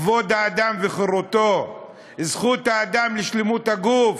כבוד האדם וחירותו, זכות האדם לשלמות הגוף,